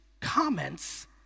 comments